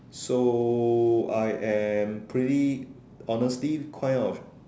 so I am pretty honestly kind of